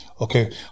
Okay